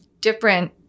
different